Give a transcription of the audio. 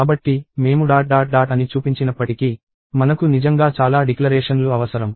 కాబట్టి మేము dot dot dot అని చూపించినప్పటికీ మనకు నిజంగా చాలా డిక్లరేషన్లు అవసరం